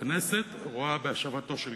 הכנסת תומכת בשחרור האסירים שברשימה שפורסמה